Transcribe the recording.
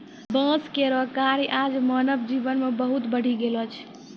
बांस केरो कार्य आज मानव जीवन मे बहुत बढ़ी गेलो छै